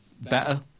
better